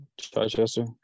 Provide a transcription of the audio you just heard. Chichester